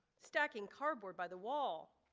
stacking cardboard by the wall.